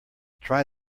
try